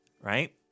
right